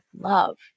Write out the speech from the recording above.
love